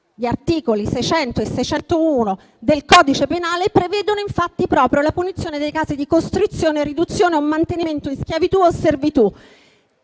Gli articoli 600 e 601 del codice penale prevedono, infatti, proprio la punizione dei casi di costrizione, riduzione o mantenimento in schiavitù o servitù.